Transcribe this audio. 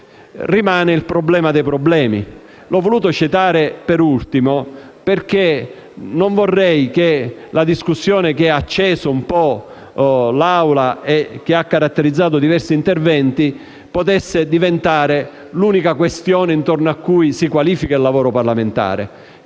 Rimane il problema dei problemi. Ho voluto citarlo per ultimo, perché non vorrei che la discussione che ha acceso l'Assemblea e ha caratterizzato diversi interventi potesse diventare l'unica questione intorno alla quale qualificare il lavoro parlamentare.